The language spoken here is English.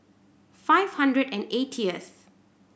five hundred and eightieth